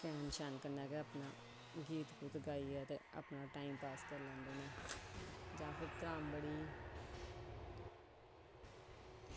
कैन कन्नै गै अपना गीत गाइयै अपना टैम पास करी लैंदे न जां फिर त्रांबड़ी